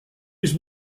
his